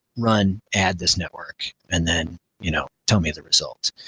run, add this network and then you know tell me the results,